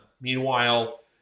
Meanwhile